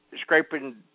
scraping